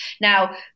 now